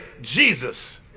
Jesus